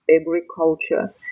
agriculture